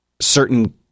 certain